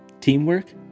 teamwork